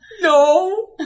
No